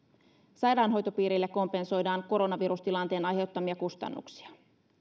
sairaanhoitopiireille kompensoidaan koronavirustilanteen aiheuttamia kustannuksia